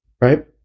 Right